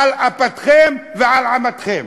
על אפכם ועל חמתכם.